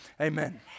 Amen